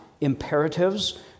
imperatives